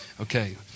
Okay